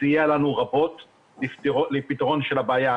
העדות שלכם אתם יכולים לפתור את זה,